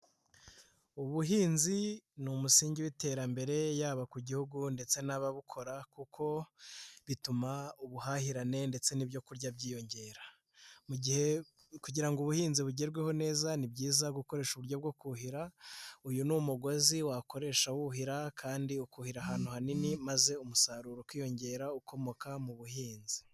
Ubuhinzi ni umusingi w'iterambere yaba ku gihugu ndetse n'ababukora, kuko bituma ubuhahirane ndetse n'ibyo kurya byiyongera, mu gihe kugira ngo ubuhinzi bugerweho neza ni byiza gukoresha uburyo bwo kuhira, uyu ni umugozi wakoresha wuhira kandi ukuhira ahantu hanini maze umusaruro ukiyongera ukomoka mu buhinzi.